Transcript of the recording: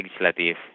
legislative